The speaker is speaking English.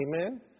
Amen